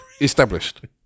established